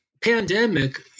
Pandemic